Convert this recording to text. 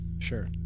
Sure